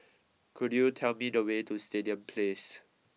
could you tell me the way to Stadium Place